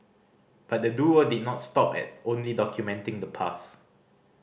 but the duo did not stop at only documenting the past